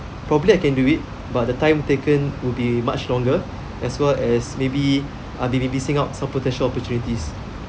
probably I can do it but the time taken will be much longer as well as maybe I'll be missing out some potential opportunities